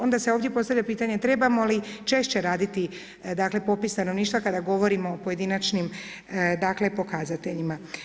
Onda se ovdje postavlja pitanje, trebamo li češće raditi popis stanovništva kada govorimo o pojedinačnim pokazateljima.